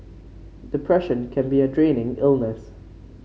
depression can be a draining illness